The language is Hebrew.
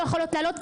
לא יכולות לעלות,